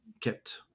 kept